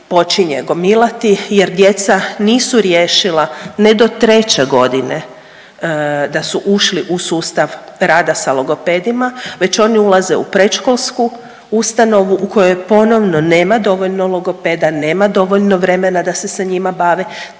počinje gomilati jer djeca nisu riješila ne do treće godine da su ušli u sustav rada sa logopedima već oni ulaze u predškolsku ustanovu u kojoj ponovno nema dovoljno logopeda, nema dovoljno vremena da se sa njima bave.